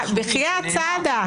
בחיאת, סעדה.